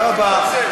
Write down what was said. תודה רבה.